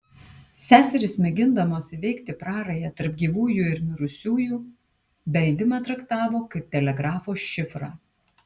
seserys mėgindamos įveikti prarają tarp gyvųjų ir mirusiųjų beldimą traktavo kaip telegrafo šifrą